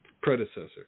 predecessor